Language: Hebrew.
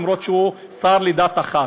למרות שהוא שר לדת אחת,